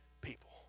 people